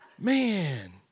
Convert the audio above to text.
Man